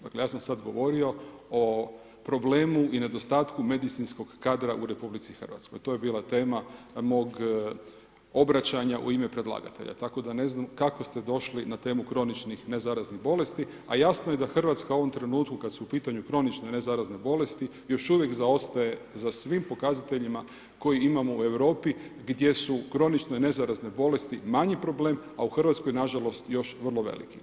Dakle ja sam sad govorio o problemu i nedostatku medicinskog kadra u RH, to je bila tema mog obraćanja u ime predlagatelja tako da ne znam kako ste došli na temu kroničnih nezaraznih bolesti a jasno je da Hrvatska u ovom trenutku kad su u pitanju kronične nezarazne bolesti, još uvijek zaostaje za svim pokazateljima koje imamo u Europi gdje su kronične nezarazne bolesti manji problem a u Hrvatskoj nažalost, još vrlo velike.